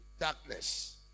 Darkness